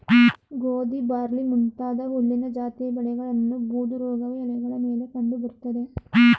ಗೋಧಿ ಬಾರ್ಲಿ ಮುಂತಾದ ಹುಲ್ಲಿನ ಜಾತಿಯ ಬೆಳೆಗಳನ್ನು ಬೂದುರೋಗವು ಎಲೆಗಳ ಮೇಲೆ ಕಂಡು ಬರ್ತದೆ